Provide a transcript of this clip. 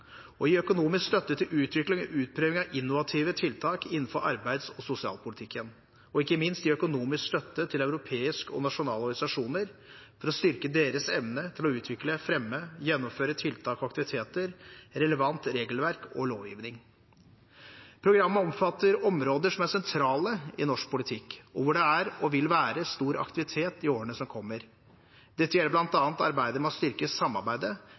gi økonomisk støtte til utvikling og utprøving av innovative tiltak innenfor arbeids- og sosialpolitikken gi økonomisk støtte til europeiske og nasjonale organisasjoner for å styrke deres evne til å utvikle, fremme og gjennomføre tiltak, aktiviteter, relevant regelverk og lovgivning Programmet omfatter områder som er sentrale i norsk politikk, og hvor det er, og vil være, stor aktivitet i årene som kommer. Dette gjelder bl.a. arbeidet med å styrke samarbeidet